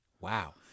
Wow